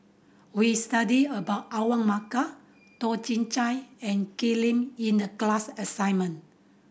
we studied about Awang Bakar Toh Chin Chye and Ken Lim in the class assignment